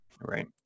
right